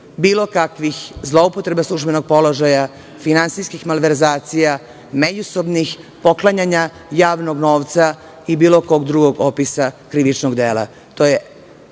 bilo kakvih zloupotreba službenih položaja, finansijskih malverzacija, međusobnih poklanjanja javnog novca i bilo kog drugog opisa krivičnog dela. To je